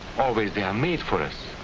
always they are made for us.